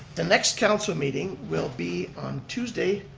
the next council meeting will be tuesday,